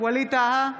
ווליד טאהא,